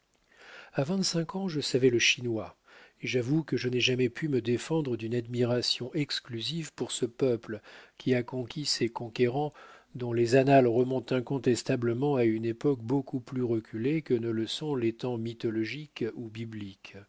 a vingt-cinq ans je savais le chinois et j'avoue que je n'ai jamais pu me défendre d'une admiration exclusive pour ce peuple qui a conquis ses conquérants dont les annales remontent incontestablement à une époque beaucoup plus reculée que ne le sont les temps mythologiques ou bibliques